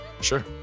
Sure